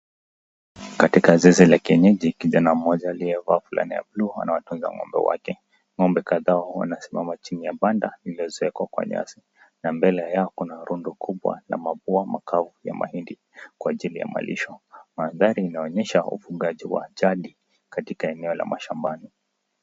Katika zizi la kienyeji kijana mmoja aliyevaa fulana ya buluu anaonekana akichunga ng'ombe wake. Ng'ombe kadhaa wanasimama chini ya banda iliyoezekwa kwa nyasi na mbele yao kuna rundo kubwa la mapua makavu ya mahindi kwa ajili ya malisho. Mandhari inaonyesha ufugaji wa jadi katika eneo la mashambani.